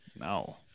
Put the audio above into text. No